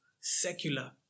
secular